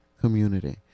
community